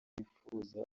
bifuza